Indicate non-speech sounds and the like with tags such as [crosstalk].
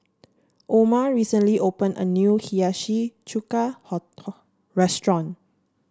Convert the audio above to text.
Oma recently opened a new Hiyashi Chuka [unintelligible] restaurant